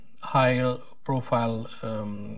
higher-profile